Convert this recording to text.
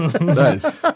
nice